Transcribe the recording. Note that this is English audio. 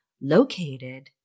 located